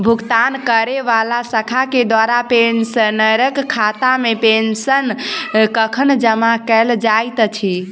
भुगतान करै वला शाखा केँ द्वारा पेंशनरक खातामे पेंशन कखन जमा कैल जाइत अछि